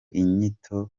inyito